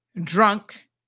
drunk